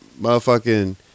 Motherfucking